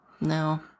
No